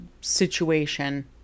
situation